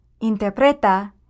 interpreta